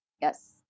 Yes